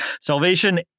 salvation